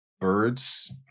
birds